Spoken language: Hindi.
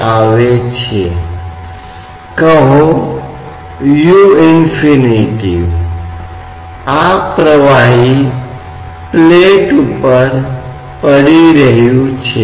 हमने पहले ऐसे उदाहरण लिए हैं जो ये दर्शाते हैं कि आपके पास बोर्ड के समधरातल को लंबवत अन्य दिशा में एक समान चौड़ाई है